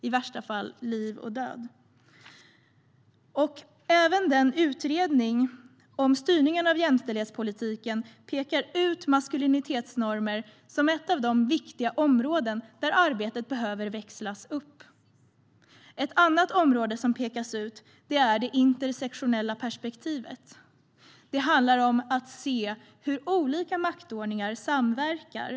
I värsta fall är det på liv och död. Även utredningen om styrningen av jämställdhetspolitiken pekar ut maskulinitetsnormerna som ett av de viktiga områden där arbetet behöver växlas upp. Ett annat område som pekas ut är det intersektionella perspektivet. Det handlar om att se hur olika maktordningar samverkar.